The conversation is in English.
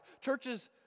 Churches